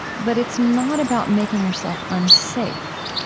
but it's not about making yourself unsafe.